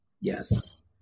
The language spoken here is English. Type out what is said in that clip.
Yes